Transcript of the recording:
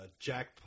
Jack